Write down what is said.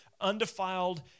undefiled